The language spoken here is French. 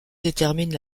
détermine